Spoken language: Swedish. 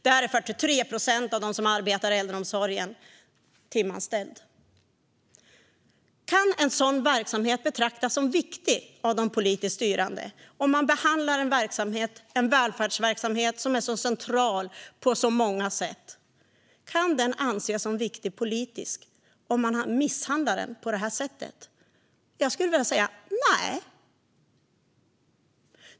Där är 43 procent av dem som arbetar i äldreomsorgen timanställda. Kan en sådan verksamhet, en välfärdsverksamhet som är central, anses som viktig politiskt om man misshandlar den på det här sättet? Jag skulle vilja säga nej.